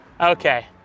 Okay